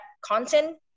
content